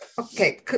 Okay